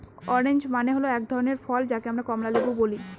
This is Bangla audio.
অরেঞ্জ মানে হল এক ধরনের ফল যাকে কমলা লেবু বলে